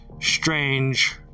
strange